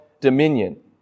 dominion